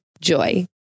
Joy